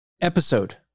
episode